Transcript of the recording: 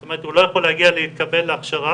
זאת אומרת שהוא לא יכול להגיע להתקבל להכשרה